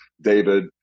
david